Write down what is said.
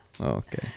okay